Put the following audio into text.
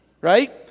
right